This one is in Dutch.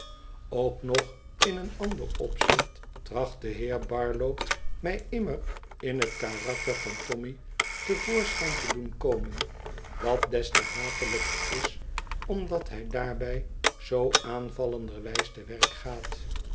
ook nog in een ander opzicht tracht de heer barlow mij immer in het karakter van tommy te voorschijn te doen komen wat des te hatelijker is omdat hij daarbij zoo aanvallenderwijs te werk gaat